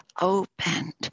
opened